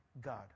God